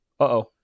Uh-oh